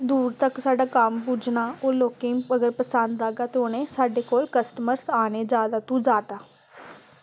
दूर तक्क कम्म पुज्जना ओह् लोकें गी कुदै पसंद आह्गा ते उन्ने कस्टमर आने साढ़े कोल जादै तूं जादै